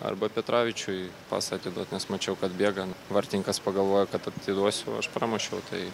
arba petravičiui pasą atiduot nes mačiau kad bėgant vartininkas pagalvojo kad atiduosiu o aš pramušiau tai